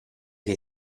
che